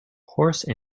horse